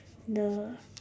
the